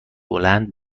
بلند